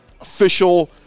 official